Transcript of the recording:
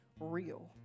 real